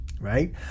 Right